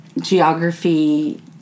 geography